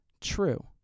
true